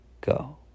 Go